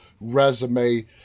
resume